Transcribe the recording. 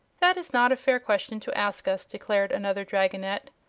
that is not a fair question to ask us, declared another dragonette.